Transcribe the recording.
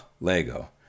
LEGO